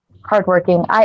hardworking